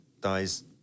dies